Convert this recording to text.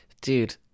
dude